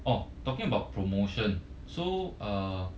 orh talking about promotion so uh